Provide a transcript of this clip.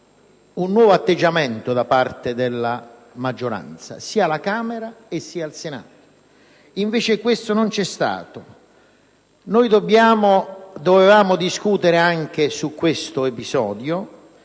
un nuovo atteggiamento da parte della maggioranza, sia alla Camera che al Senato. Invece, questo non c'è stato. Si deve discutere anche di questo episodio,